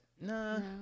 No